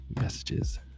messages